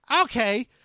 okay